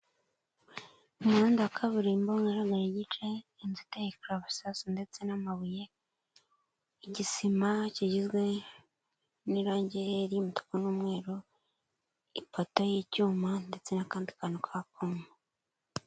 Umuhanda wa kaburimbo ugaragara igice, inzu iteye karabasasa ndetse n'amabuye, igisima kigizwe n'irange ry'umituku n'umweru, ipoto y'icyuma ndetse n'akandi kantu k'akuma.